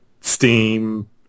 Steam